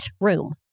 room